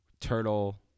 turtle